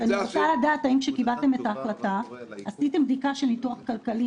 אני רוצה לדעת האם כשקיבלתם את ההחלטה עשיתם בדיקה של ניתוח כלכלי